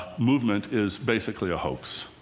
movement is basically a hoax.